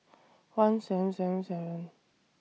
one seven seven seven